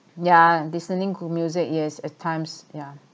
yeah listening good music yes at times yeah